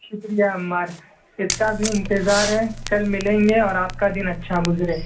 شکریہ عمار اس کا بھی انتظار ہے کل ملیں گے اور آپ کا دن اچھا گزرے